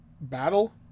Battle